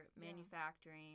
manufacturing